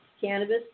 Cannabis